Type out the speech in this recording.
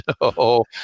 no